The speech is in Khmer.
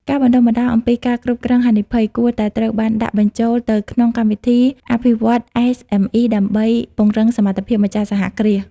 ការបណ្ដុះបណ្ដាលអំពីការគ្រប់គ្រងហានិភ័យ គួរតែត្រូវបានដាក់បញ្ចូលទៅក្នុងកម្មវិធីអភិវឌ្ឍន៍ SME ដើម្បីពង្រឹងសមត្ថភាពម្ចាស់សហគ្រាស។